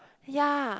ya